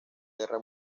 guerra